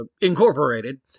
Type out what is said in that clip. incorporated